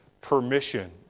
permission